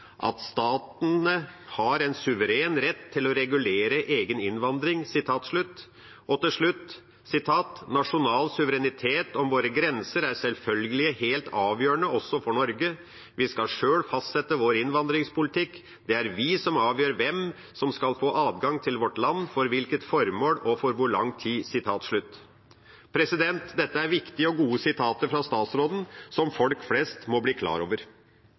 at «statene har en suveren rett til å regulere egen innvandring». Og til slutt: «Nasjonal suverenitet over våre grenser er selvfølgelig helt avgjørende også for Norge. Vi skal selv fastsette vår innvandringspolitikk. Det er vi som avgjør hvem som skal få adgang til vårt land, for hvilket formål og for hvor lang tid.» Dette er viktige og gode sitater fra utenriksministeren som folk flest må bli klar over.